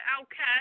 outcast